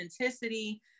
authenticity